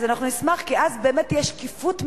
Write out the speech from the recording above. אז אנחנו נשמח, כי אז באמת תהיה שקיפות מלאה,